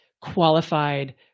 qualified